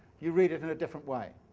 you read it in a different way.